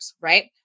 right